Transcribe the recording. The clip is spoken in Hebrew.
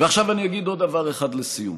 ועכשיו אני אגיד עוד דבר אחד לסיום.